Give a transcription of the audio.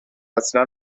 اصلا